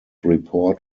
report